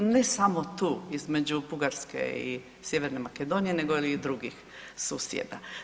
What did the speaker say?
Ne samo tu između Bugarske i Sjeverne Makedonije nego i drugih susjeda.